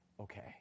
okay